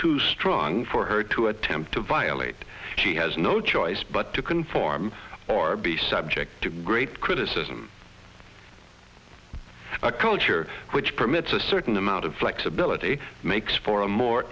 too strong for her to attempt to violate she has no choice but to conform or be subject to great criticism a culture which permits a certain amount of flexibility makes for a more